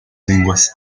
lenguas